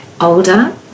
older